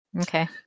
Okay